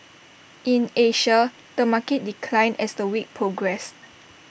in Asia the market declined as the week progressed